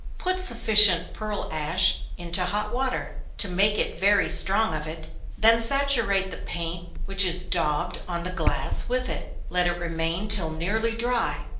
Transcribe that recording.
put sufficient pearl-ash into hot water, to make it very strong of it then saturate the paint which is daubed on the glass with it. let it remain till nearly dry,